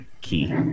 key